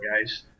guys